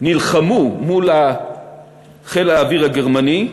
שנלחמו מול חיל האוויר הגרמני,